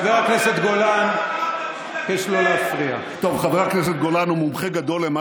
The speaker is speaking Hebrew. גולן, לא סתם הושיבו אותך שם.